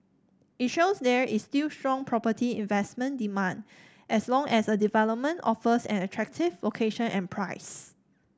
it shows there is still strong property investment demand as long as a development offers an attractive location and price